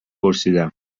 پرسیدم